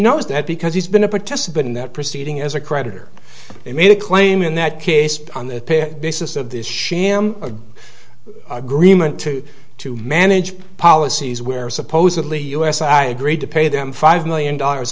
knows that because he's been a participant in that proceeding as a creditor they made a claim in that case on the basis of this sham a agreement to to manage policies where supposedly us i agreed to pay them five million dollars